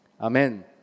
Amen